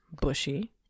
bushy